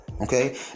okay